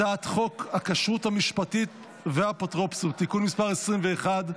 הצעת חוק הכשרות המשפטית והאפוטרופסות (תיקון מס' 21)